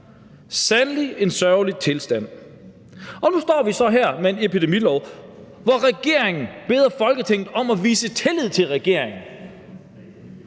sandelig en sørgelig tilstand. Nu står vi så her med en epidemilov, hvor regeringen beder Folketinget om at vise tillid til regeringen,